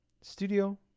studio